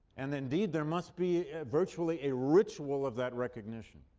and indeed there must be virtually a ritual of that recognition.